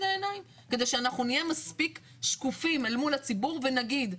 עיניי כדי שנהיה מספיק שקופים אל מול הציבור ונגיד,